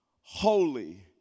holy